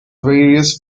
various